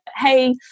Hey